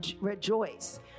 rejoice